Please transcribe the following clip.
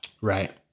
Right